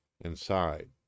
inside